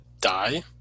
die